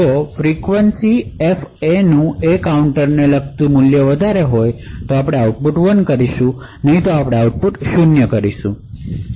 જો આવર્તન એફએનું જે આ કાઉન્ટરને લગતી છે તેનું મૂલ્ય વધારે હોય તો આઉટપુટ 1 કરીશું નહિ તો આપણે આઉટપુટ 0 કરીએ છીએ